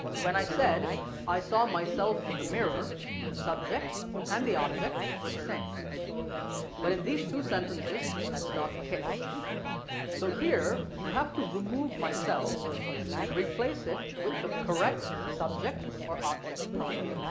when i said i saw myself in the mirror the subject and the object are the same but in these two sentences that's not the case so here you have to remove myself and replace it with the correct subject or object pronoun.